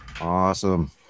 Awesome